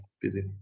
busy